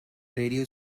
radio